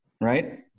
right